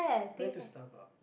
went to Starbucks